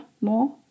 more